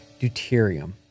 deuterium